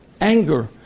anger